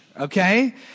okay